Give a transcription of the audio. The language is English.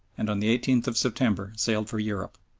and on the eighteenth of september sailed for europe.